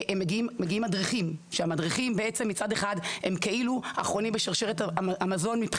מגיעים מדריכים שהם מצד אחד אחרונים בשרשרת המזון,